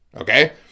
Okay